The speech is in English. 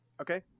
Okay